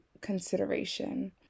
consideration